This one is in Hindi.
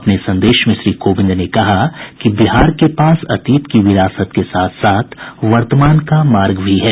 अपने संदेश में श्री कोविंद ने कहा कि बिहार के पास अतीत की विरासत के साथ साथ वर्तमान का मार्ग भी है